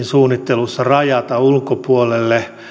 suunnittelussa rajata se ulkopuolelle